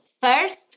first